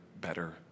better